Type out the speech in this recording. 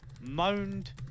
moaned